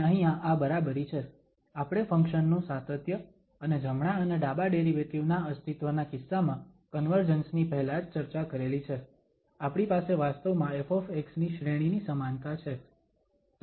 અને અહીંયા આ બરાબરી છે આપણે ફંક્શન નુ સાતત્ય અને જમણા અને ડાબા ડેરિવેટિવ ના અસ્તિત્વના કિસ્સામાં કન્વર્જન્સ ની પહેલા જ ચર્ચા કરેલી છે આપણી પાસે વાસ્તવમાં ƒ ની શ્રેણીની સમાનતા છે